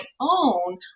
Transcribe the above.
own